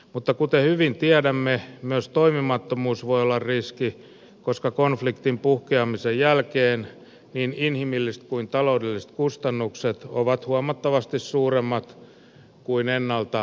mutta kuten hyvin tiedämme myös toimimattomuus voi olla riski koska konfliktin puhkeamisen jälkeen niin inhimilliset kuin taloudelliset kustannukset ovat huomattavasti suuremmat kuin ennaltaehkäiseminen